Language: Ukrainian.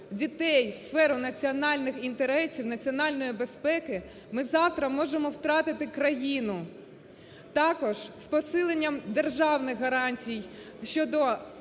дітей в сферу національних інтересів, національної безпеки – ми завтра можемо втратити країну. Також з посиленням державних гарантій щодо